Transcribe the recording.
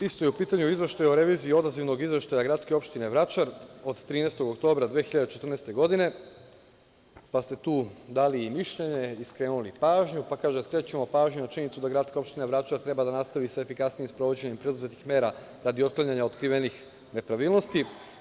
Isto je u pitanju izveštaj o reviziji odazivnog izveštaja gradske opštine Vračar od 13. oktobra 2014. godine, pa ste tu dali i mišljenje i skrenuli pažnju, pa kaže – skrećemo pažnju na činjenicu da gradska opština Vračar treba da nastavi sa efikasnijim sprovođenjem preduzetih mera radi otklanjanja otkrivenih nepravilnosti.